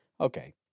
okay